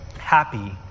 Happy